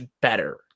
better